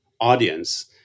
audience